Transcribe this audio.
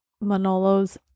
manolo's